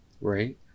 Right